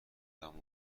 بودم